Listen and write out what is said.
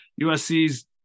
USC's